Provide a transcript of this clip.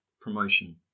promotion